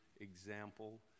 example